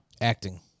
Acting